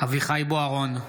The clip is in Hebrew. אביחי אברהם בוארון,